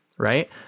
right